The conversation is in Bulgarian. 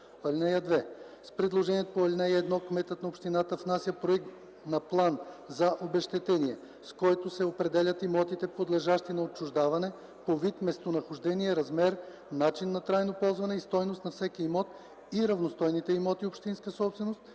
С предложението по ал. 1 кметът на общината внася проект на план за обезщетение, с който се определят имотите, подлежащи на отчуждаване – по вид, местонахождение, размер, начин на трайно ползване и стойност на всеки имот и равностойните имоти – общинска собственост,